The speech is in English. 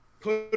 put